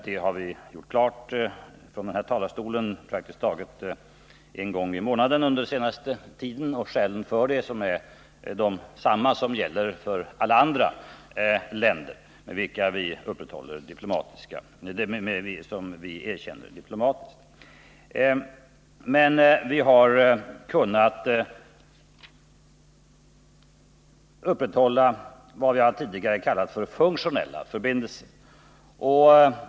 Det har vi gjort klart från den här talarstolen praktiskt taget en gång i månaden under den senaste tiden, och vi har också redogjort för skälen till det, som är desamma som gäller för alla andra länder som vi erkänner diplomatiskt. Men vi har kunnat upprätthålla vad vi tidigare har kallat funktionella förbindelser.